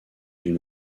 d’une